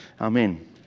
Amen